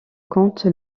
compte